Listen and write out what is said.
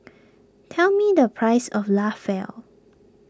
tell me the price of